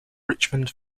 richmond